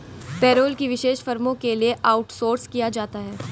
payroll को विशेष फर्मों के लिए आउटसोर्स किया जाता है